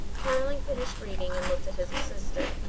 tarling finished reading and looked at his assistant.